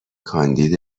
کاندید